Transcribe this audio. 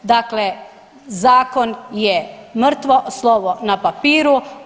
Dakle, zakon je mrtvo slovo na papiru.